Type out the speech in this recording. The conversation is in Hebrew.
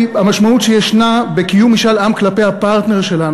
המשמעות שיש בקיום משאל עם כלפי הפרטנר שלנו,